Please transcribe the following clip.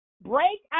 Break